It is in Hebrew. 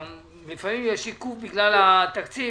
לפעמים יש עיכוב בגלל התקציב,